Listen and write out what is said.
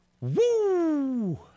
Woo